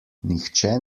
nihče